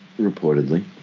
Reportedly